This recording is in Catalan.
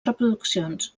reproduccions